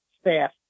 staff